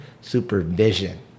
supervision